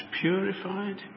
purified